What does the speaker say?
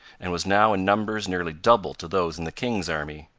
and was now in numbers nearly double to those in the king's army.